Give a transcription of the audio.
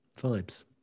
Vibes